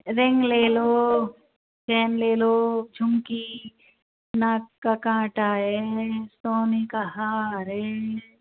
ring ले लो chain ले लो झुमकी नाक का कांटा है सोने का हार है